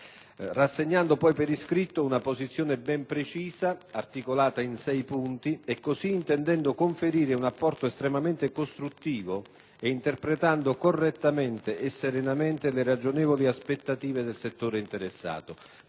rassegnando poi per iscritto una posizione ben precisa, articolata in sei punti, così intendendo conferire un apporto estremamente costruttivo e interpretando correttamente e serenamente le ragionevoli aspettative del settore interessato.